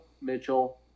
Mitchell